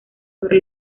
sobre